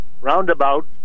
roundabout